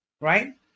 right